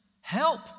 help